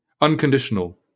Unconditional